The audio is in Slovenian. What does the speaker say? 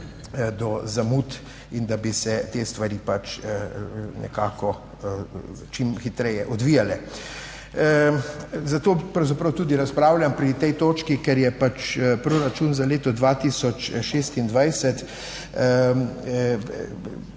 do zamud in da bi se te stvari pač nekako čim hitreje odvijale. Zato pravzaprav tudi razpravljam pri tej točki, ker je pač, proračun za leto 2026